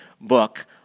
book